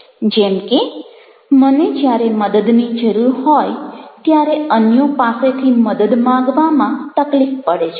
જેમ કે મને જ્યારે મદદની જરૂર હોય ત્યારે અન્યો પાસેથી મદદ માંગવામાં તકલીફ પડે છે